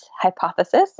hypothesis